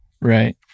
Right